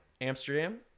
Amsterdam